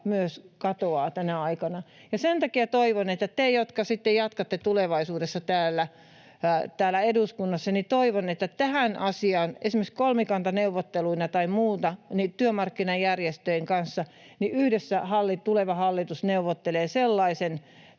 katoaa tänä aikana. Sen takia toivon teiltä, jotka sitten jatkatte tulevaisuudessa täällä eduskunnassa, että tähän asiaan esimerkiksi kolmikantaneuvotteluina tai muuten työmarkkinajärjestöjen kanssa yhdessä tuleva hallitus neuvottelee sellaisen